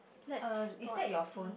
uh is that your phone